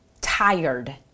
tired